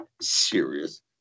serious